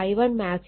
5 milliweber ആണ്